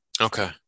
Okay